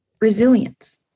resilience